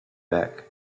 back